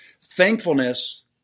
thankfulness